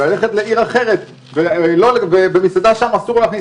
וללכת לעיר אחרת ובמסעדה שם אסור להכניס